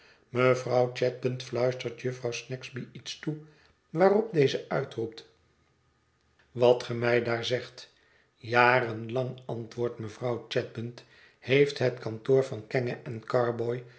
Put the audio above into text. mevrouw ghadband fluistert jufvrouw snagsby iets toe waarop deze uitroept wat ge mij daar zegt jaren lang antwoordt mevrouw chadband heeft het kantoor van kenge en carboy